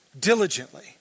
diligently